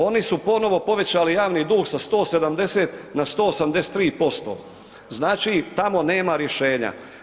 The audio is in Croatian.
Oni su ponovo povećali javni dug sa 170 na 183%, znači tamo nema rješenja.